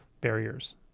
barriers